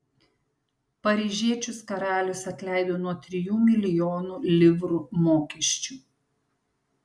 paryžiečius karalius atleido nuo trijų milijonų livrų mokesčių